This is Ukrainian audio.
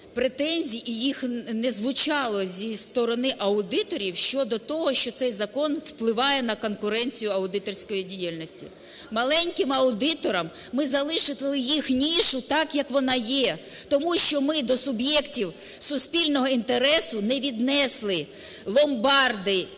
претензій і їх не звучало зі сторони аудиторів щодо того, що цей закон впливає на конкуренцію аудиторської діяльності. Маленьким аудиторам ми залишили їх нішу так, як вона є. Тому що ми до суб'єктів суспільного інтересу не віднесли ломбарди,